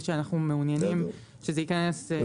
ושאנו מעוניינים שזה ייכנס כמה שיותר מהר.